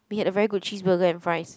we had a very good cheeseburger and fries